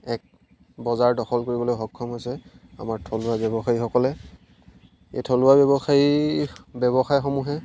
এক বজাৰ দখল কৰিবলৈ সক্ষম হৈছে আমাৰ থলুৱা ব্যৱসায়ীসকলে এই থলুৱা ব্যৱসায়ী ব্যৱসায়সমূহে